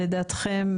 לדעתכם,